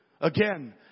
Again